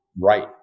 right